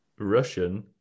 Russian